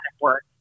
work